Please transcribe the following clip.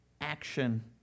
action